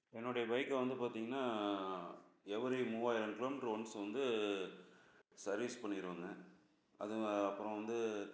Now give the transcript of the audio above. என்னுடைய பைக்கு வந்து பார்த்தீங்கன்னா எவரி மூவாயிரம் கிலோ மீட்ரு ஒன்ஸ் வந்து சர்வீஸ் பண்ணிடுவேங்க அதுவும் அப்புறம் வந்து